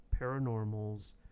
paranormals